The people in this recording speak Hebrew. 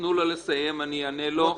תנו לו לסיים ואני אענה לו.